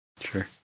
Sure